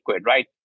right